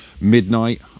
midnight